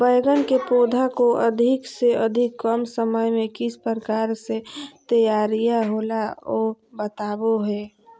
बैगन के पौधा को अधिक से अधिक कम समय में किस प्रकार से तैयारियां होला औ बताबो है?